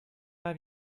five